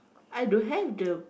I don't have the